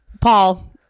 Paul